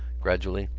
gradually,